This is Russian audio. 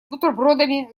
бутербродами